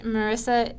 Marissa